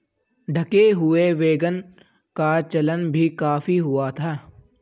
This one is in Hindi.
ढके हुए वैगन का चलन भी काफी हुआ था